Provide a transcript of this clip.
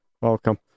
Welcome